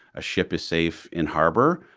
a ship is safe in harbor,